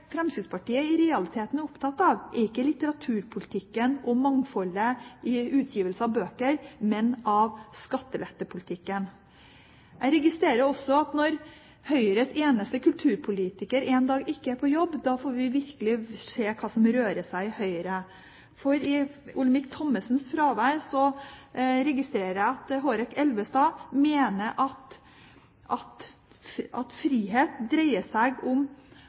Fremskrittspartiet i realiteten er opptatt av, er ikke litteraturpolitikken og mangfoldet i utgivelse av bøker, men av skattelettepolitikken. Jeg registrerer også at når Høyres eneste kulturpolitiker en dag ikke er på jobb, får vi virkelig se hva som rører seg i Høyre. For i Olemic Thommessens fravær registrerer jeg at Hårek Elvenes mener at frihet dreier seg om